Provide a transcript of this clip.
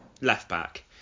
left-back